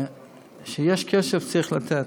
כשיש כסף, צריך לתת.